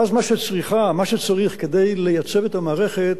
ואז מה שצריך כדי לייצב את המערכת,